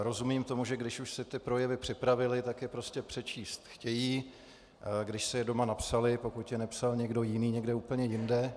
Rozumím tomu, že když si ty projevy připravili, tak je prostě přečíst chtějí, když si je doma napsali pokud je nepsal někdo jiný někde úplně jinde.